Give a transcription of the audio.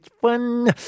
fun